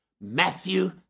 Matthew